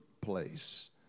place